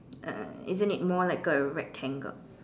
uh isn't it more like a rectangle